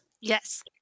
Yes